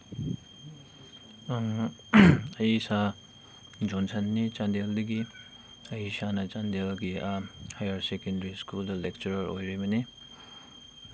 ꯑꯩ ꯏꯁꯥ ꯖꯣꯟꯁꯟꯅꯤ ꯆꯟꯗꯦꯜꯗꯒꯤ ꯑꯩ ꯏꯁꯥꯅ ꯆꯥꯟꯗꯦꯜꯒꯤ ꯍꯥꯏꯌꯥꯔ ꯁꯦꯀꯦꯟꯗꯔꯤ ꯁ꯭ꯀꯨꯜꯗ ꯂꯦꯛꯆꯔ ꯑꯣꯏꯔꯤꯕꯅꯤ